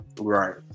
right